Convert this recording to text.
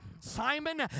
Simon